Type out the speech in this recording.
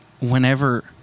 whenever